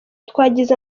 twagize